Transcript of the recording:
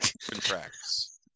contracts